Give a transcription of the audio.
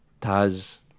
Taz